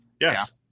Yes